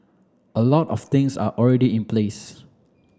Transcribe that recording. a lot of things are already in place